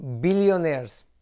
billionaires